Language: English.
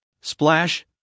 splash